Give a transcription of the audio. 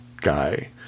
guy